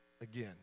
again